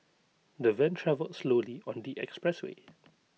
the van travelled slowly on the expressway